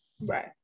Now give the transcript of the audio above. Right